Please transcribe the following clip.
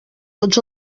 tots